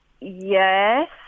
yes